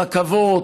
רכבות,